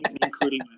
including